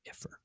ifer